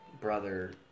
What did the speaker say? brother